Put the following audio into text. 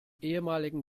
ehemaligen